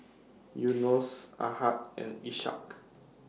Yunos Ahad and Ishak